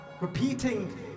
repeating